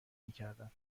میکردند